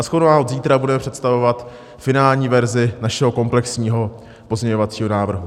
Shodou náhod zítra budeme představovat finální verzi našeho komplexního pozměňovacího návrhu.